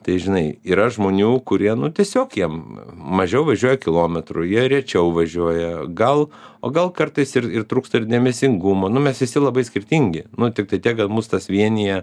tai žinai yra žmonių kurie nu tiesiog jiem mažiau važiuoja kilometrų jie rečiau važiuoja gal o gal kartais ir ir trūksta ir dėmesingumo nu mes visi labai skirtingi nu tiktai tiek kad mus tas vienija